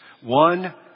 one